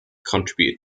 contributed